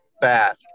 bad